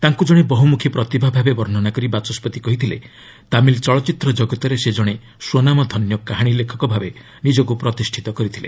ତାଙ୍କୁ ଜଣେ ବହୁମୁଖୀ ପ୍ରତିଭା ଭାବେ ବର୍ଷ୍ଣନା କରି ବାଚସ୍କତି କହିଥିଲେ ତାମିଲ୍ ଚଳଚ୍ଚିତ୍ର ଜଗତରେ ସେ ଜଣେ ସ୍ୱନାମଧନ୍ୟ କାହାଣୀ ଲେଖକ ଭାବେ ନିଜକୁ ପ୍ରତିଷ୍ଠା କରିଥିଲେ